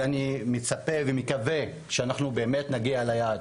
אני מצפה ומקווה שנגיע ליעד.